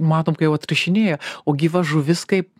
matom kai jau atrišinėjo o gyva žuvis kaip